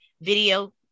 video